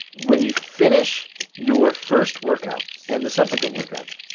when you finish your first workout and the subsequent workouts,